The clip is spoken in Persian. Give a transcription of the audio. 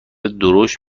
درشت